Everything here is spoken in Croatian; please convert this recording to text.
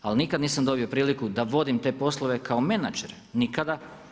Ali nikad nisam dobio priliku da vodim te poslove kao menadžer, nikada.